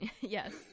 Yes